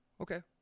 Okay